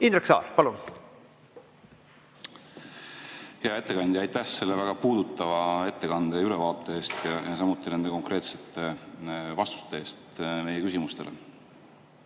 Indrek Saar, palun! Hea ettekandja! Aitäh selle väga puudutava ettekande ja ülevaate eest, samuti konkreetsete vastuste eest meie küsimustele.